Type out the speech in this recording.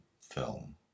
film